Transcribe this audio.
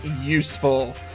useful